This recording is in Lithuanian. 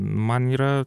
man yra